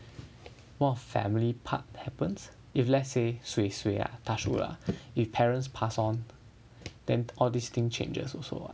what if family part happens if let's say suay suay ah touch wood lah if parents pass on then all these thing changes also [what]